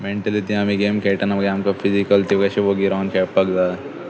mentally ते आमी game खेळटना मागीर आमकां फिजिकल त्यो कशें ओगी रावून खेळपाक जाय